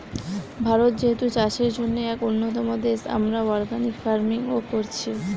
ভারত যেহেতু চাষের জন্যে এক উন্নতম দেশ, আমরা অর্গানিক ফার্মিং ও কোরছি